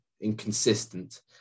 inconsistent